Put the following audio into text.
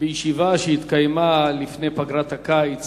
בישיבה שהתקיימה לפני פגרת הקיץ